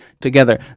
together